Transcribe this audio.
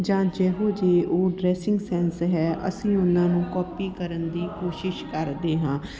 ਜਾਂ ਜਿਹੋ ਜੇ ਉਹ ਡਰੈਸਿੰਗ ਸੈਂਸ ਹੈ ਅਸੀਂ ਉਹਨਾ ਨੂੰ ਕਾਪੀ ਕਰਨ ਦੀ ਕੋਸ਼ਿਸ਼ ਕਰਦੇ ਹਾਂ